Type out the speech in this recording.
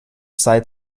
sei